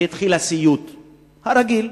והתחיל הסיוט הרגיל: